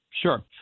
Sure